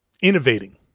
innovating